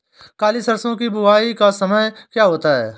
काली सरसो की बुवाई का समय क्या होता है?